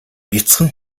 бяцхан